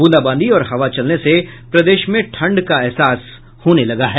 बूंदाबांदी और हवा चलने से प्रदेश में ठंड का एहसास होने लगा है